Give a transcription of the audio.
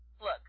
look